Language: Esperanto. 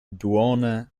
duone